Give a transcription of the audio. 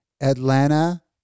Atlanta